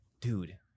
Dude